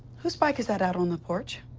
who's bike is that out on the porch?